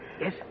Yes